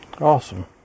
Awesome